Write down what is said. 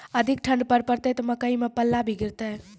अधिक ठंड पर पड़तैत मकई मां पल्ला भी गिरते?